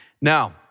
Now